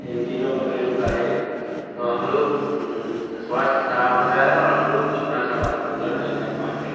इन चीज़ों का प्रयोग करेंगे तो हम लोग स्वास्थ ख़राब हो जाएगा और हम लोग अपना सफर पूरा नहीं कर पाएँगे